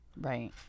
Right